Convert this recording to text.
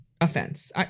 offense